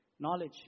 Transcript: Knowledge